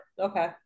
okay